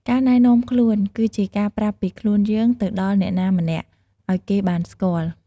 ការណែនាំខ្លួនគឺជាការប្រាប់ពីខ្លួនយើងទៅដល់អ្នកណាម្នាក់ឲ្យគេបានស្គាល់ ។